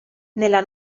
nella